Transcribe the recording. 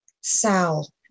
Sal